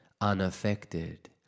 unaffected